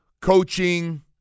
coaching